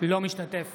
אינו משתתף